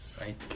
right